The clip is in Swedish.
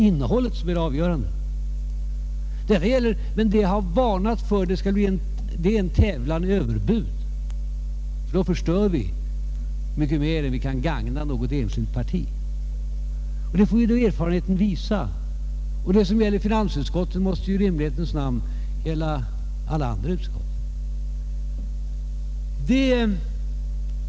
Innehållet är avgörande. Men det jag har varnat för är en tävlan i överbud, ty då förstör vi mycket mer än vi kan gagna något enskilt parti. Det får då erfarenheten visa. Och det som gäller finansutskottet måste i rimlighetens namn gälla alla andra utskott.